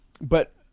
but-